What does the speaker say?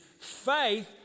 faith